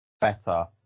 better